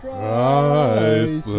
Christ